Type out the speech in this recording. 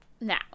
Now